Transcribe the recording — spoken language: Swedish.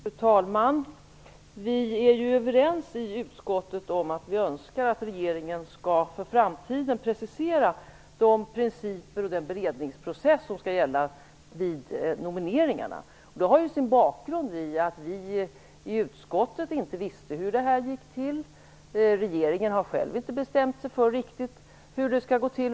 Fru talman! Vi är överens i utskottet om att vi önskar att regeringen för framtiden skall precisera de principer och den beredningsprocess som skall gälla vid nomineringarna. Det har sin bakgrund i att vi i utskottet inte visste hur det här gick till. Regeringen har själv inte bestämt sig för riktigt hur det skall gå till.